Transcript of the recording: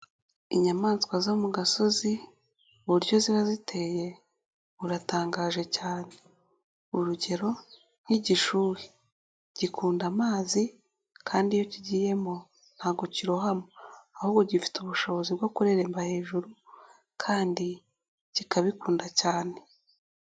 Inyamaswa zo mu gasozi, uburyo ziba ziteye, buratangaje cyane, urugero nk'igishuhe gikunda amazi kandi iyo kigiyemo, ntabwo kirohama, ahubwo gifite ubushobozi bwo kureremba hejuru kandi kikabikunda cyane.